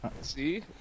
See